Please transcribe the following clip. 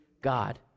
God